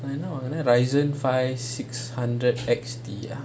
I know or is that rizon five six hundred X D ah